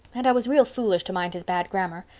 and i was real foolish to mind his bad grammar.